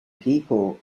people